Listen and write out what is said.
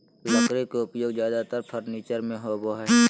लकड़ी के उपयोग ज्यादेतर फर्नीचर में होबो हइ